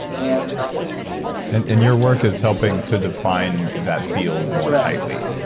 and and and your work is helping to define that field more tightly?